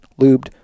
lubed